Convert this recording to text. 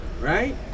right